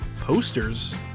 posters